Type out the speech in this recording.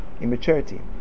immaturity